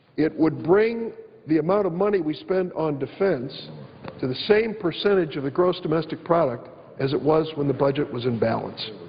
it would bring the amount of money we spend on defense to the same percentage of the gross domestic product as it was when the budget was in balance.